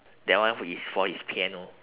that one is for his piano